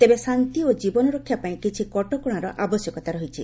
ତେବେ ଶାନ୍ତି ଓ ଜୀବନ ରକ୍ଷା ପାଇଁ କିଛି କଟକଣାର ଆବଶ୍ୟକତା ରହିଛି